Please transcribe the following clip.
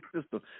system